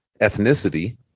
ethnicity